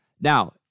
Now